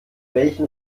welchem